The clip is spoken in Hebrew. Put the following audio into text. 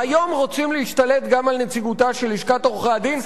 והיום רוצים להשתלט גם על נציגותה של לשכת עורכי-הדין,